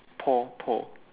Paul Paul